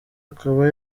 akaba